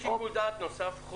יש שיקול דעת נוסף?